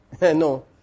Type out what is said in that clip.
no